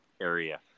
area